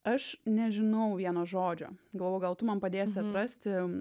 aš nežinau vieno žodžio galvoju gal tu man padėsi atrasti